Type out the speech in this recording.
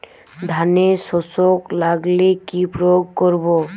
ধানের শোষক লাগলে কি প্রয়োগ করব?